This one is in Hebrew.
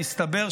מסתבר,